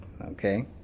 Okay